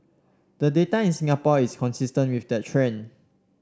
the data in Singapore is consistent with that trend